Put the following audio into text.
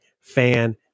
fan